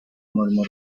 murmur